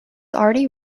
already